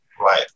Right